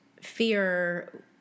fear